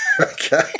Okay